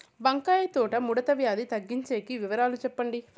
వంకాయ తోట ముడత వ్యాధి తగ్గించేకి వివరాలు చెప్పండి?